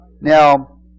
Now